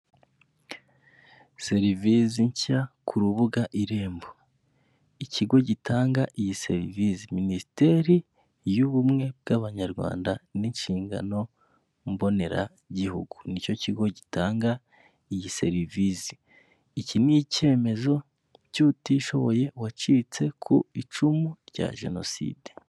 Serivisi nshya ku rubuga irembo ikigo gitanga iyi serivisi minisiteri y'ubumwe bw'abanyarwanda n'inshingano mboneragihugu. Nicyo kigo gitanga iyi serivisi iki ni icyemezo cyutishoboye wacitse ku icumu rya jenoside .